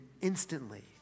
instantly